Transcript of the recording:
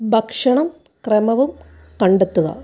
ഭക്ഷണം ക്രമവും കണ്ടെത്തുക